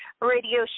radio